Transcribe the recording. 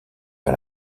par